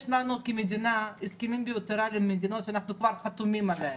יש לנו כמדינה הסכמים בילטרליים עם מדינות שאנחנו כבר חתומים עליהם.